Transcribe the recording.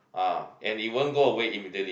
ah and it wouldn't go away immediately